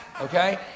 Okay